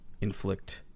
inflict